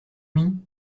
mis